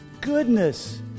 Goodness